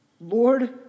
Lord